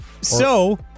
So-